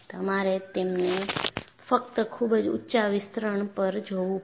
તમારે તેમને ફક્ત ખૂબ જ ઊંચા વિસ્તરણ પર જોવું પડશે